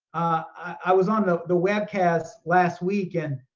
i was on ah the webcast last weekend,